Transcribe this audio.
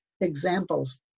examples